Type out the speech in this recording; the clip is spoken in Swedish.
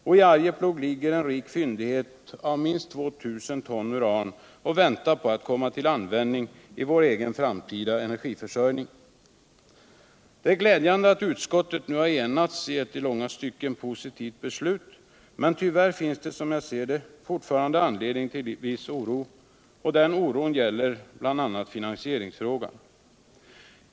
Och i Arjeplog ligger en rik fyndighet på minst 2 000 ton uran och väntar på att komma till användning för vår cgen framtida energiförsörjning. Det är glädjande att utskottet nu har enats i ett i långa stycken positivt betänkande. Men tyvärr finns det, som jag ser det, fortfarande anledning till viss oro. Den oron gäller bl.a. finansieringsfrägan.